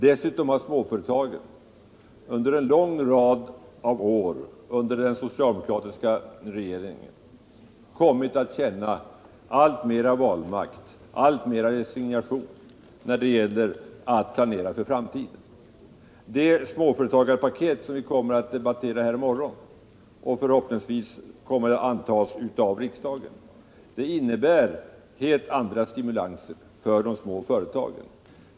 Dessutom har småföretagen en lång rad år under den socialdemokratiska regeringen kommit att känna allt större vanmakt och resignation när det gällt att planera för framtiden. Det småföretagarpaket, som vi kommer att debattera här i morgon och som riksdagen förhoppningsvis antar, innebär en rad stimulanser för de små företagen.